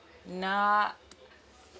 nah